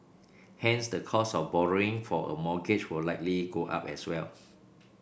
hence the cost of borrowing for a mortgage will likely go up as well